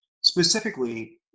Specifically